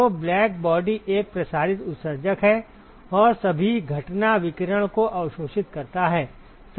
तो ब्लैकबॉडी एक प्रसारित उत्सर्जक है और सभी घटना विकिरण को अवशोषित करता है